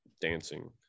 dancing